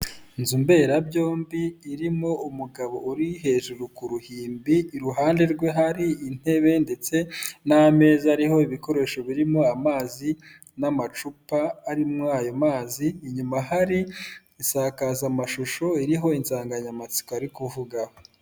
Inzu mberabyombi irimo umugabo uri hejuru ku ruhimbi, iruhande rwe hari intebe ndetse n'ameza ariho ibikoresho birimo amazi n'amacupa arimo ayo mazi, inyuma hari insakazamashusho iriho insanganyamatsiko ari kuvugaho.